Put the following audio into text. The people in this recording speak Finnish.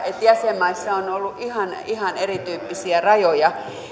jäsenmaissa ollut ihan ihan erityyppisiä rajoja